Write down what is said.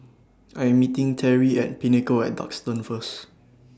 I Am meeting Terrie At The Pinnacle At Duxton First